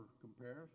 comparison